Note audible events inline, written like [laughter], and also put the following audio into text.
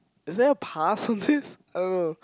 is there a pass on this [laughs] I don't know